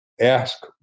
Ask